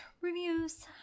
reviews